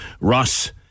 Ross